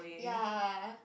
ya